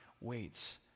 waits